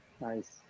Nice